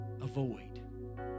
avoid